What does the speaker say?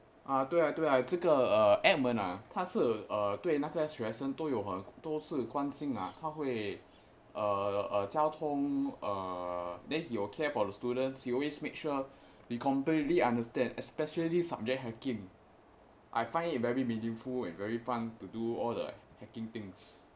啊对啊对啊这个 uh ah 他是哦对那个学生是关心呢他会哦哦交通 then he will care about the students he always made sure we completely understand especially subject hacking I find it very meaningful and very fun to do all the hacking things